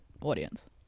audience